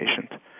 patient